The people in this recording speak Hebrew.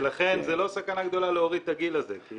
לכן זה לא סכנה גדולה להוריד את זה, כי